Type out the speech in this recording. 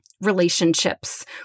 relationships